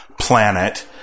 planet